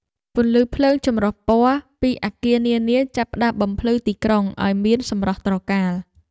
ពន្លឺភ្លើងចម្រុះពណ៌ពីអគារនានាចាប់ផ្ដើមបំភ្លឺទីក្រុងឱ្យមានសម្រស់ត្រកាល។